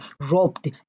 robbed